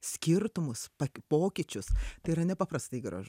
skirtumus pokyčius tai yra nepaprastai gražu